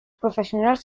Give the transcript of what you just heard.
professionals